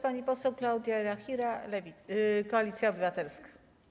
Pani poseł Klaudia Jachira, Koalicja Obywatelska.